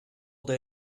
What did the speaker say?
they